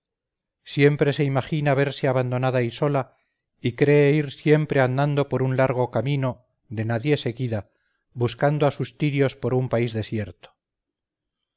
siempre se imagina verse abandonada y sola y cree ir siempre andando por un largo camino de nadie seguida buscando a sus tirios por un país desierto